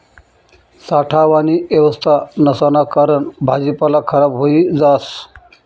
साठावानी येवस्था नसाना कारण भाजीपाला खराब व्हयी जास